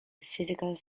physical